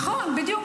נכון, בדיוק.